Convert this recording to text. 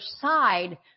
side